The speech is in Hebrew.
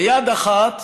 ביד אחת